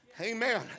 Amen